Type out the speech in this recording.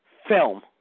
film